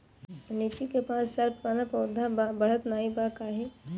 लीची क पांच साल पुराना पौधा बा बढ़त नाहीं बा काहे?